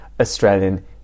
Australian